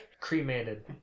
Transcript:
Cremated